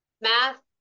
math